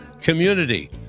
community